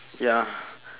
ya